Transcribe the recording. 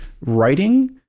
writing